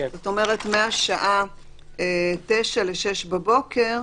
זאת אומרת מהשעה 21:00 ל-06:00 בבוקר,